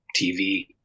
TV